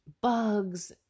bugs